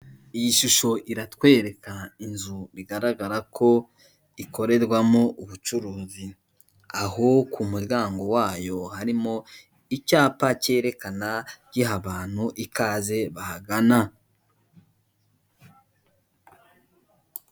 Iyi shusho iratwereka inzu bigaragara ko ikorerwamo ubucuruzi, aho ku muryango wayo harimo icyapa cyerekana, giha abantu ikaze bahagana.